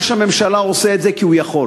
ראש הממשלה עושה את זה כי הוא יכול.